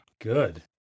Good